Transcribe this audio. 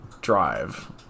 drive